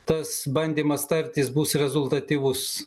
tas bandymas tartis bus rezultatyvus